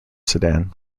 sedan